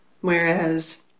whereas